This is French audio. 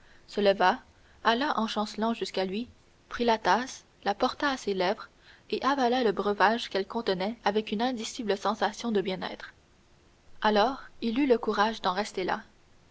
se leva alla en chancelant jusqu'à lui prit la tasse la porta à ses lèvres et avala le breuvage qu'elle contenait avec une indicible sensation de bien-être alors il eut le courage d'en rester là